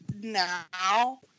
now